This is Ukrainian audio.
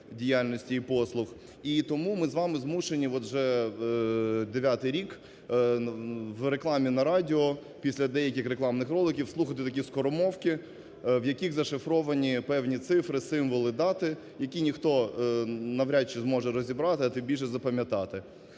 діяльності і послуг, і тому ми з вами змушені от вже дев'ятий рік в рекламі на радіо після деяких рекламних роликів слухати такі скоромовки, в яких зашифровані певні цифри, символи, дати, які ніхто навряд чи зможе розібрати, а тим більше, запам'ятати.